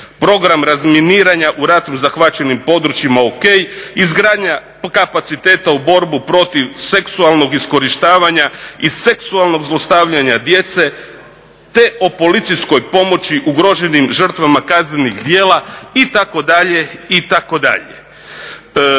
Program razminiranja u ratom zahvaćenim područjima ok, izgradnja kapaciteta u borbu protiv seksualnog iskorištavanja i seksualnog zlostavljanja djece te o policijskoj pomoći ugroženim žrtvama kaznenih djela itd., itd.